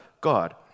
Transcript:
God